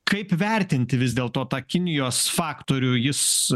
kaip vertinti vis dėl to tą kinijos faktorių jis